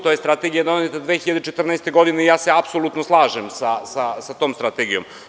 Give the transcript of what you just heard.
To je Strategija doneta 2014. godine i ja se apsolutno slažem sa tom strategijom.